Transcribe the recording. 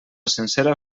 sencera